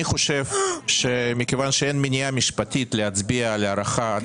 אני חושב שמכיוון שאין מניעה משפטית להצביע על הארכה עד 2024,